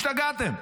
השתגעתם.